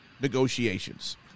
negotiations